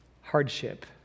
hardship